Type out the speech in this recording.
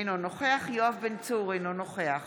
אינו נוכח יואב בן צור, אינו נוכח